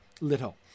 little